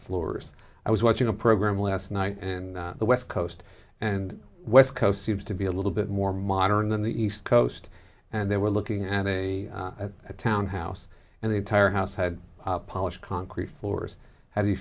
floors i was watching a program last night and the west coast and west coast seems to be a little bit more modern than the east coast and they were looking at a townhouse and the entire house had polished concrete floors how do you